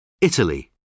Italy